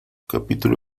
capítulo